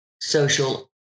social